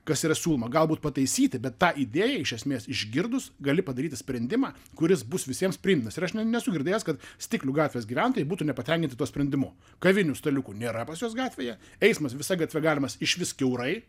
kas yra siūloma galbūt pataisyti bet tą idėją iš esmės išgirdus gali padaryti sprendimą kuris bus visiems priimtinas ir aš nesu girdėjęs kad stiklių gatvės gyventojai būtų nepatenkinti tuo sprendimu kavinių staliukų nėra pas juos gatvėje eismas visa gatve galimas išvis kiaurai